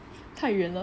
太远了